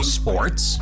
sports